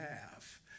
half